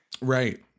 Right